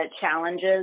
challenges